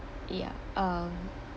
ya um